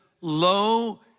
lo